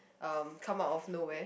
um come out of nowhere